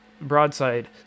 broadside